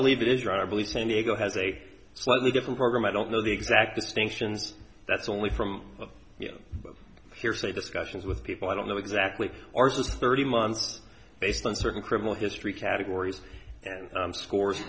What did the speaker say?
believe san diego has a slightly different program i don't know the exact distinctions that's only from the hearsay discussions with people i don't know exactly ours is thirty months based on certain criminal history categories scores